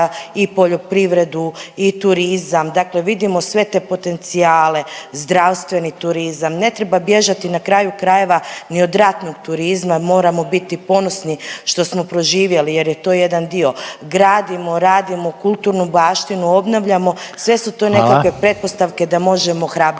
i poljoprivredu i turizam, dakle vidimo sve te potencijale, zdravstveni turizam, ne treba bježati, na kraju krajeva ni od ratnog turizma, moramo biti ponosni što smo proživjeli jer je to jedna dio, gradimo, radimo kulturnu baštinu, obnavljamo, sve su to nekakve … .../Upadica: Hvala./...